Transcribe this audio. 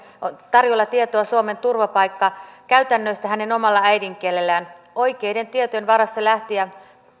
tietoa suomen turvapaikkakäytännöistä hänen omalla äidinkielellään oikeiden tietojen varassa lähtijä